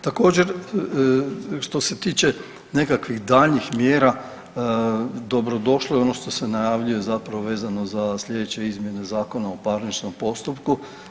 Također što se tiče nekakvih daljnjih mjera dobro došlo je ono što se najavljuje zapravo vezano za sljedeće izmjene Zakona o parničnom postupku.